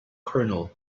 colonel